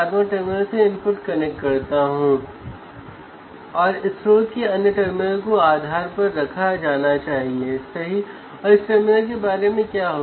output voltage 0 होगा